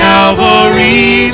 Calvary